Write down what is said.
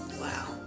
Wow